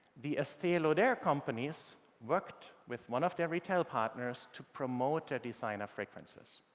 the estee lauder companies worked with one of their retail partners to promote their designer fragrances.